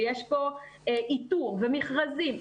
ויש פה איתור ומכרזים,